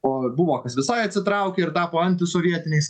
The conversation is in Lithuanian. o buvo kas visai atsitraukė ir tapo antisovietiniais